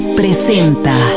presenta